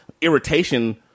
irritation